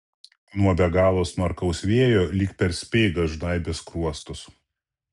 nuo be galo smarkaus vėjo lyg per speigą žnaibė skruostus